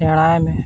ᱥᱮᱬᱟᱭ ᱢᱮ